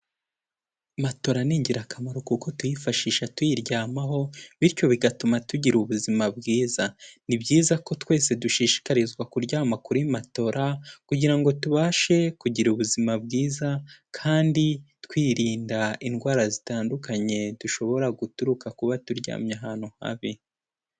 Matora ni ingirakamaro kuko tuyifashisha tuyiryamaho, bityo bigatuma tugira ubuzima bwiza. Ni byiza ko twese dushishikarizwa kuryama kuri matora, kugira ngo tubashe kugira ubuzima bwiza, kandi twirinda indwara zitandukanye dushobora guturuka kuba turyamye ahantu habi.